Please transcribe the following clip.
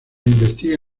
investiga